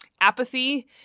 apathy